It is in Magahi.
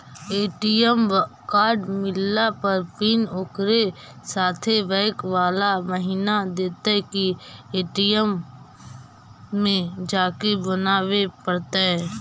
ए.टी.एम कार्ड मिलला पर पिन ओकरे साथे बैक बाला महिना देतै कि ए.टी.एम में जाके बना बे पड़तै?